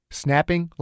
snapping